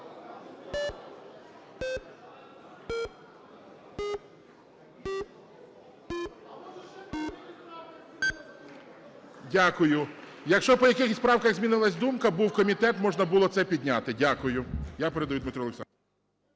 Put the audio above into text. Дякую. Якщо по якихось правках змінилася думка, був комітет, можна було це підняти. Дякую.